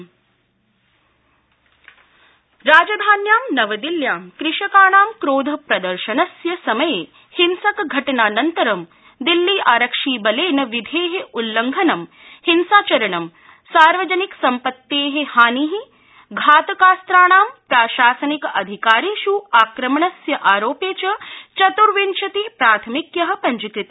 दिल्ली आरक्षिबनं राजधान्यां नवदिल्ल्यां कृषकाणां क्रोध प्रदर्शनस्य समये हिंसक घटनानन्तरं दिल्ली आरक्षिबलेन विधे उल्लंघनं हिंसाचरणं सार्वजनिक संपत्ते हानि घातकास्त्राणाम् प्राशासनिक अधिकारिष् आक्रमणस्य आरोपे च चत्र्विशति प्राथमित्यः पंजीकृता